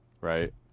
right